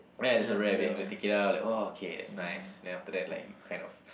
ya there's a wrap you have to take it out like oh okay that's nice then after that like you kind of